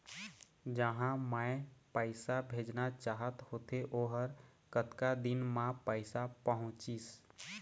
जहां मैं पैसा भेजना चाहत होथे ओहर कतका दिन मा पैसा पहुंचिस?